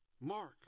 Mark